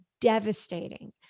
devastating